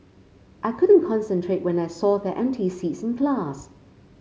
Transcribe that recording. I couldn't concentrate when I saw their empty seats in class